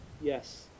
yes